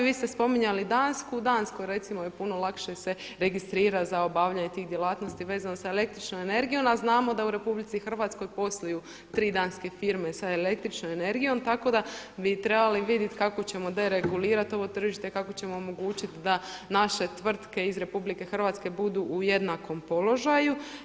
Vi ste spominjali Dansku, u Danskoj recimo je puno lakše se registrirati za obavljanje tih djelatnosti vezano sa električnom energijom, a znamo da u Republici Hrvatskoj posluju tri danske firme sa električnom energijom tako da bi trebali vidjeti kako ćemo deregulirati ovo tržište, kako ćemo omogućiti da naše tvrtke iz Republike Hrvatske budu u jednakom položaju.